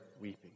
weeping